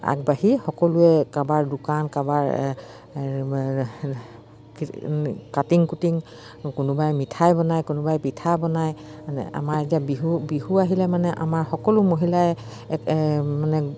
আগবাঢ়ি সকলোৱে কাবাৰ দোকান কাবাৰ কাটিং কুটিং কোনোবাই মিঠাই বনায় কোনোবাই পিঠা বনায় মানে আমাৰ এতিয়া বিহু বিহু আহিলে মানে আমাৰ সকলো মহিলাই মানে